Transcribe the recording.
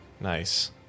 Nice